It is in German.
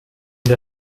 der